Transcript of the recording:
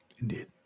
Indeed